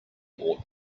ought